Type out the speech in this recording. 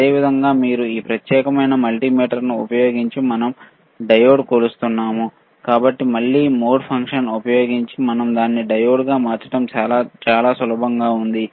అదే విధంగా మీరు ఈ ప్రత్యేకమైన మల్టీమీటర్ను ఉపయోగించి మరియు మనం డయోడ్ కొలుస్తున్నాము కాబట్టి మళ్ళీ మోడ్ ఫంక్షన్ ఉపయోగించి మనం దానిని డయోడ్ కి మార్చడం చాలా సులభంగా ఉంది